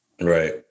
Right